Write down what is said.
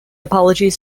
apologies